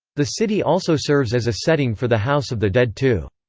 the city also serves as a setting for the house of the dead two.